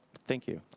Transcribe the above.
thank you.